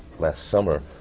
last summer.